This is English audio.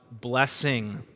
blessing